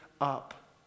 up